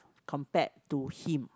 compared to him